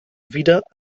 wieder